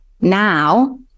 now